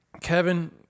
Kevin